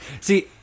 see